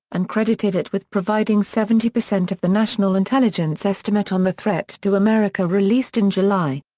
and credited it with providing seventy percent of the national intelligence estimate on the threat to america released in july.